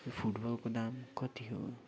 यो फुटबलको दाम कति हो